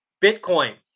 Bitcoin